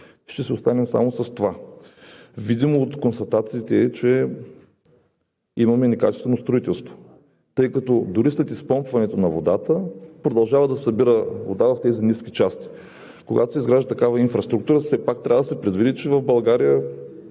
ще си останем само с това. Видно от констатациите е, че имаме некачествено строителство, тъй като дори след изпомпването на водата, тя продължава да се събира в тези ниски части. Когато се изгражда такава инфраструктура, все пак трябва да се предвиди, че в България